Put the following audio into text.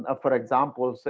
ah for example, so